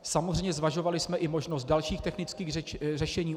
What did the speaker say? Samozřejmě zvažovali jsme i možnost dalších technických řešení.